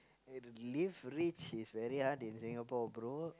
l~ live rich is very hard in Singapore bro